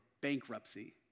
bankruptcy